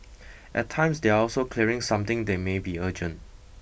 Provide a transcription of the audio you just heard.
at times they are also clearing something they may be urgent